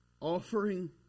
offering